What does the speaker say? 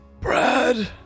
Brad